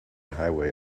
highway